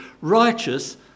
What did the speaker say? righteous